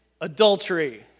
adultery